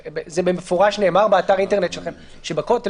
ובמפורש נאמר באתר האינטרנט שלכם שבכותל,